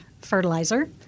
fertilizer